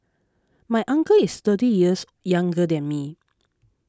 my uncle is thirty years younger than me